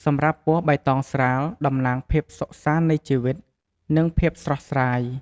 សម្រាប់ពណ៌បៃតងស្រាល តំណាងភាពសុខសាន្តនៃជីវិត និងភាពស្រស់ស្រាយ។